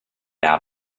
out